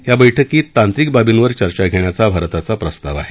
या बैठकीत तांत्रिक बाबींवर चर्चा घेण्याचा भारताचा प्रस्ताव आहे